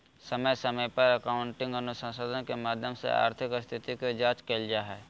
समय समय पर अकाउन्टिंग अनुसंधान के माध्यम से आर्थिक स्थिति के जांच कईल जा हइ